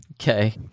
Okay